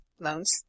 loans